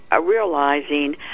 realizing